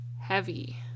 heavy